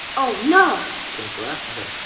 oh no. cancel that, okay.